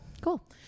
Cool